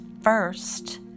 first